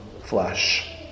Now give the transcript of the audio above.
flesh